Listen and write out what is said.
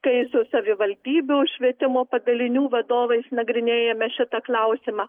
kai su savivaldybių švietimo padalinių vadovais nagrinėjame šitą klausimą